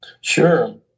Sure